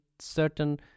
certain